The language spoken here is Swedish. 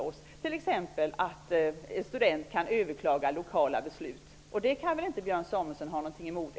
Han kommer emellertid att lägga fram andra förslag, t.ex. om att en student skall kunna överklaga lokala beslut.